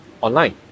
online